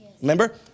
Remember